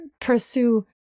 pursue